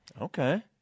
Okay